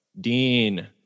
Dean